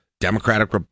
democratic